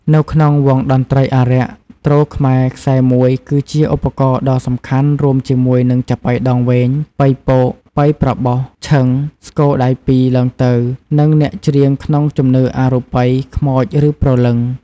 នៅក្នុងវង់តន្ត្រីអារក្ស ទ្រខ្មែរខ្សែ១ គឺជាឧបករណ៍ដ៏សំខាន់រួមជាមួយនឹងចាប៉ីដងវែង ប៉ីពក ប៉ីប្របុស ឈឹង ស្គរដៃពីរឡើងទៅ និងអ្នកច្រៀងក្នុងជំនឿអរូបី ខ្មោចឬព្រលឹង។